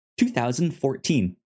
2014